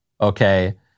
okay